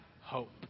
hope